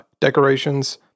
decorations